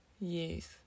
yes